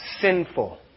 sinful